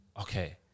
okay